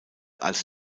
als